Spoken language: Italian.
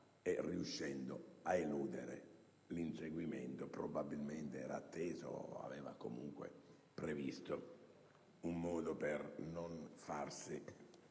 riuscendo a eludere l'inseguimento: probabilmente era atteso o aveva previsto un modo per non farsi